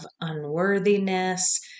unworthiness